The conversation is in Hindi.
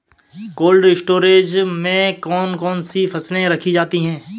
कोल्ड स्टोरेज में कौन कौन सी फसलें रखी जाती हैं?